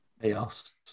chaos